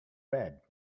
red